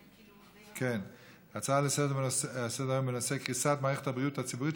בנושא: קריסת מערכת הבריאות הציבורית,